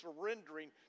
surrendering